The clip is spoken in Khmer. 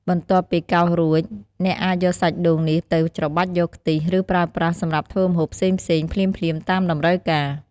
បន្ទាប់ពីកោសរួច អ្នកអាចយកសាច់ដូងនេះទៅច្របាច់យកខ្ទិះ ឬប្រើប្រាស់សម្រាប់ធ្វើម្ហូបផ្សេងៗភ្លាមៗតាមតម្រូវការ។